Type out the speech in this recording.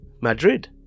Madrid